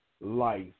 life